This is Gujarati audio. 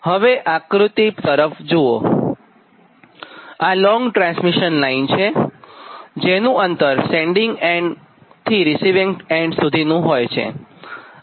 તો હવે આ આકૃત્તિ તરફ જુઓ આ લોંગ ટ્રાન્સમિશન લાઇન છેજેનું અંતર સેન્ડીંગ એન્ડથી રીસિવીંગ એન્ડ સુધી હોય છે